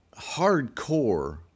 hardcore